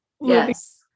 Yes